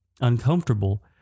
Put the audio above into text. uncomfortable